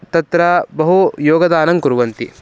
तत्र बहु योगदानं कुर्वन्ति